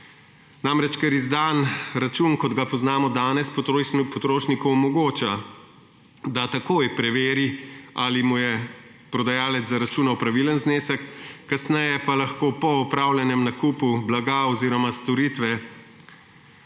Namreč, ker izdan račun, kot ga poznamo danes, potrošniku omogoča, da takoj preveri, ali mu je prodajalec zaračunal pravilen znesek, kasneje pa lahko po opravljenem nakupu blaga oziroma storitve